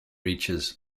reaches